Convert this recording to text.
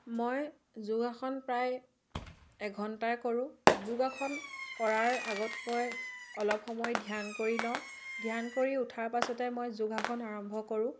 মই যোগাসন প্ৰায় এঘণ্টাই কৰোঁ যোগাসন কৰাৰ আগত মই অলপ সময় ধ্যান কৰি লওঁ ধ্যান কৰি উঠাৰ পাছতে মই যোগাসন আৰম্ভ কৰোঁ